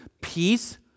peace